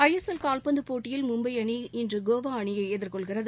ஐ S L கால்பந்துப் போட்டியில் மும்பை அணி கோவா அணியை எதிர்கொள்கிறது